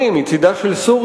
זה הזוי.